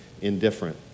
indifferent